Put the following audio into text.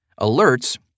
alerts